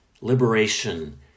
Liberation